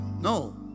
No